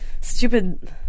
stupid